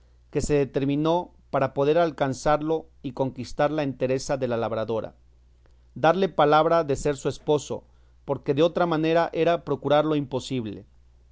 que se determinó para poder alcanzarlo y conquistar la entereza de la labradora darle palabra de ser su esposo porque de otra manera era procurar lo imposible